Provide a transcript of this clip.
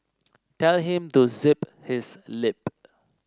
tell him to zip his lip